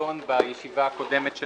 נדון בישיבה הקודמת של